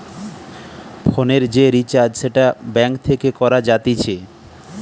ফোনের যে রিচার্জ সেটা ব্যাঙ্ক থেকে করা যাতিছে